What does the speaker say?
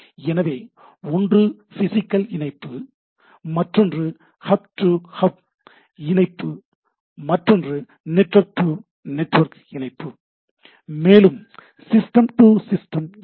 எனவே ஒன்று பிசிகல்இணைப்பு மற்றொன்று ஹப் டு ஹப் இணைப்பு மற்றொன்று நெட்வொர்க் டு நெட்வொர்க் இணைப்பு மேலும் சிஸ்டம் டு சிஸ்டம் இணைப்பு